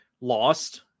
lost